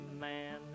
man